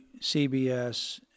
CBS